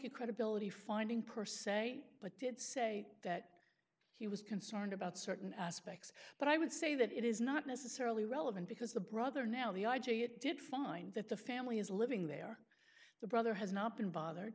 it credibility finding per se but did say that he was concerned about certain aspects but i would say that it is not necessarily relevant because the brother now the i j a it did find that the family is living there the brother has not been bothered